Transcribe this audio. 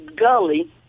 gully